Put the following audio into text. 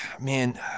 man